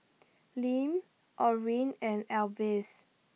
Lim Orrin and Elvis